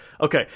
Okay